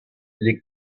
les